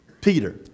Peter